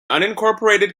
unincorporated